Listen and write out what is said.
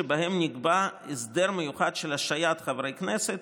שבהם נקבע הסדר מיוחד של השעיית חברי כנסת,